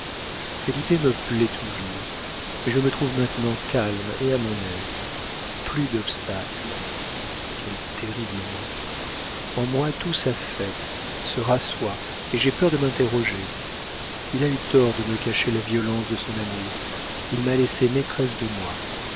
felipe me plaît toujours mais je me trouve maintenant calme et à mon aise plus d'obstacles quel terrible mot en moi tout s'affaisse se rasseoit et j'ai peur de m'interroger il a eu tort de me cacher la violence de son amour il m'a laissée maîtresse de moi